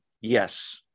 Yes